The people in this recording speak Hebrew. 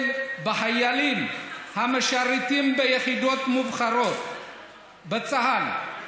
בחיילים המשרתים ביחידות מובחרות בצה"ל.